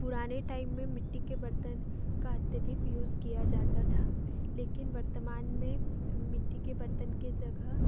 पुराने टाइम में मिट्टी के बर्तन का अत्यधिक यूज़ किया जाता था लेकिन वर्तमान में मिट्टी के बर्तन की जगह